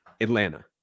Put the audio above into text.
Atlanta